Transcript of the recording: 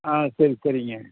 ஆ சரி சரிங்க